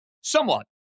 somewhat